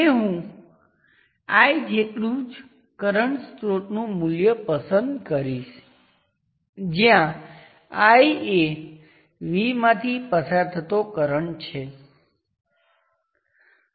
તેથી હું આ સમગ્ર વસ્તુને વોલ્ટેજ સોર્સ દ્વારા બદલીશ જેની વેલ્યું એ વોલ્ટેજ છે જે વાસ્તવમાં VL સર્કિટમાં થાય છે